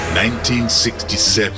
1967